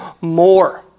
more